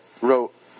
wrote